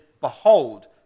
behold